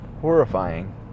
horrifying